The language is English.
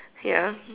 ya